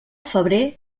febrer